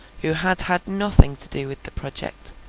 who had had nothing to do with the project,